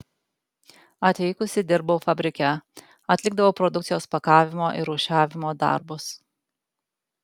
atvykusi dirbau fabrike atlikdavau produkcijos pakavimo ir rūšiavimo darbus